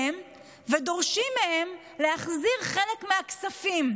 ואחר כך באים אליהן ודורשים מהן להחזיר חלק מהכספים,